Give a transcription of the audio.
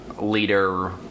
leader